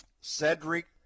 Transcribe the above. Cedric